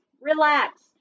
Relax